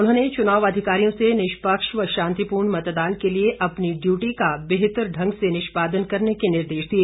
उन्होंने चुनाव अधिकारियों से निष्पक्ष व शांतिपूर्ण मतदान के लिए अपनी ड्यूटी का बेहतर ढंग से निष्पादन करने के निर्देश दिए